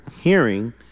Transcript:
hearing